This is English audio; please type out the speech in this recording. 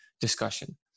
discussion